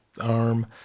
arm